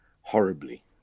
horribly